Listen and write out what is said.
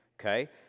okay